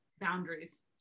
boundaries